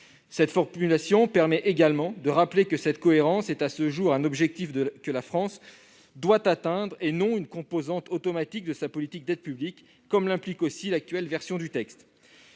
cette formulation permet de rappeler que cette cohérence est, à ce jour, un objectif que la France doit atteindre, et non une composante automatique de sa politique d'aide publique, comme l'implique l'actuelle version du texte.